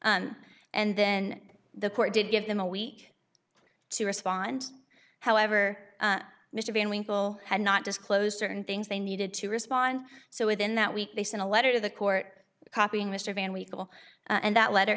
them and then the court did give them a week to respond however mr van winkle had not disclosed certain things they needed to respond so within that week they sent a letter to the court copying mr van wheel and that letter